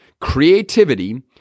creativity